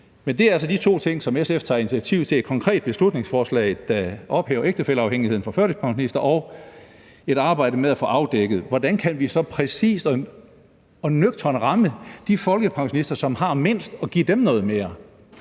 Men det er altså de to ting, som SF tager initiativ til, et konkret beslutningsforslag, der ophæver ægtefælleafhængigheden for førtidspensionister, og et arbejde med at få afdækket, hvordan vi så præcist og nøgternt kan ramme de folkepensionister, som har mindst, og give dem noget mere,